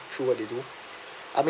through what they do I mean